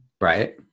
Right